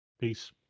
Peace